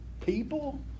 people